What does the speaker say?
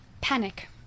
Panic